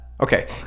Okay